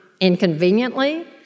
inconveniently